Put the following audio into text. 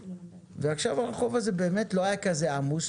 ועכשיו הרחוב הזה לא היה כזה עמוס,